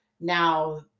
now